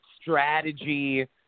strategy